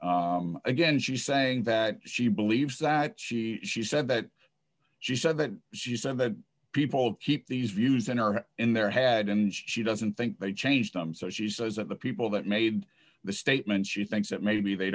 bias again she's saying that she believes that she she said that she said that she said that people keep these views and are in their head and she doesn't think they changed them so she says of the people that made the statement she thinks that maybe they